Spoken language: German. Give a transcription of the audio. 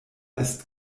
ist